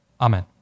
Amen